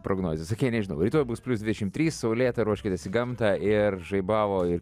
prognozė sakei nežinau rytoj bus plius dvidešim trys saulėta ruoškitės į gamtą ir žaibavo ir